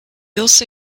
also